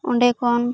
ᱚᱸᱰᱮ ᱠᱷᱚᱱ